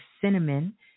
Cinnamon